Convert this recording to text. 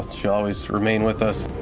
she'll always. remain with us.